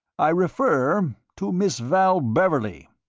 i refer to miss val beverley,